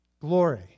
Glory